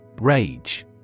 Rage